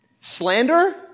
Slander